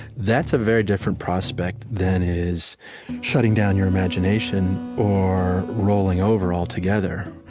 that's a very different prospect than is shutting down your imagination or rolling over altogether.